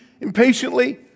impatiently